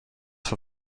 vor